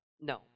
No